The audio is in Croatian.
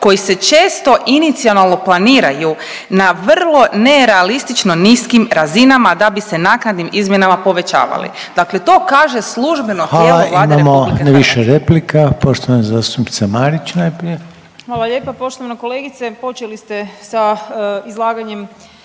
koji se često inicijalno planiraju na vrlo neralistično niskim razinama da bi se naknadnim izmjenama povećavali. Dakle, to kaže službeno tijelo Vlade RH. **Reiner, Željko (HDZ)** Hvala, imamo više replika. Poštovana zastupnica Marić najprije. **Marić, Andreja (SDP)** Hvala lijepa. Poštovana kolegice počeli ste sa izlaganjem